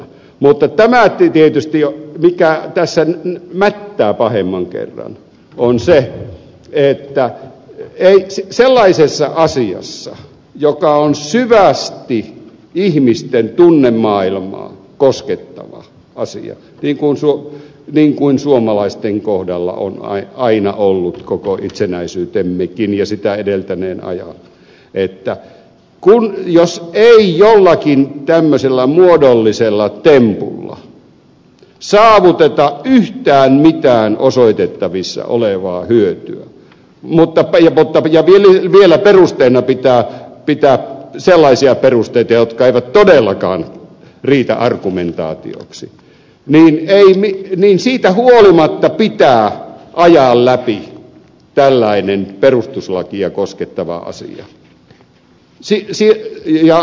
mutta mikä tässä mättää pahemman kerran on se että jos sellaisessa asiassa joka on syvästi ihmisten tunnemaailmaa koskettava asia niin kuin suomalaisten kohdalla on aina ollut koko itsenäisyytemmekin ja sitä edeltäneen ajan ei jollakin tämmöisellä muodollisella tempulla saavuteta yhtään mitään osoitettavissa olevaa hyötyä ja vielä perusteina pidetään sellaisia perusteita jotka eivät todellakaan riitä argumentaatioksi niin miksi siitä huolimatta pitää ajaa läpi tällainen perustuslakia koskettava asia